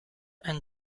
and